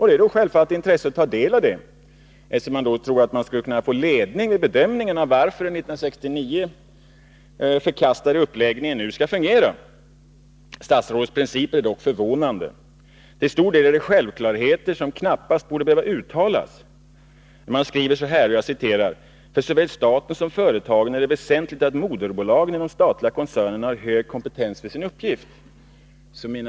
Det är självfallet intressant att ta del av dessa, då man skulle kunna tro att man där kan få ledning vid bedömningen av varför den 1969 förkastade uppläggningen nu skall fungera. Statsrådets principer är dock förvånande. Till stor del är det självklarheter, som knappast borde behöva uttalas. ”För såväl staten som företagen är det väsentligt att moderbolagen i de statliga koncernerna har hög kompetens för sin uppgift”, heter det t.ex.